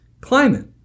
climate